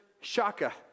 shaka